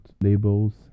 labels